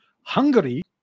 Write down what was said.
Hungary